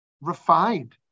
refined